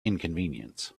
inconvenience